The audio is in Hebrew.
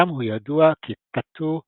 שם הוא ידוע כ-tatu-bola.